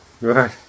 Right